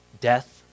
death